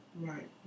Right